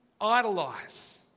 idolize